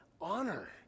honor